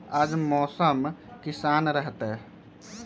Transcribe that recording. आज मौसम किसान रहतै?